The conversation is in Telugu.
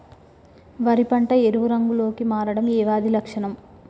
వరి పంట ఎరుపు రంగు లో కి మారడం ఏ వ్యాధి లక్షణం?